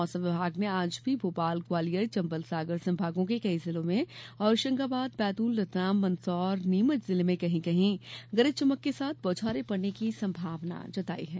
मौसम विभाग ने आज भी भोपाल ग्वालियर चंबल सागर संभागों के कई जिलों और होशंगाबाद बैतूल रतलाम मंदसौर नीमच जिले में कहीं कहीं गरज चमक के साथ बौछारे पड़ने की संभावना जताई है